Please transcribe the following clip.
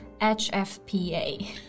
HFPA